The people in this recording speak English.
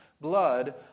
blood